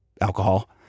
alcohol